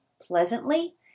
pleasantly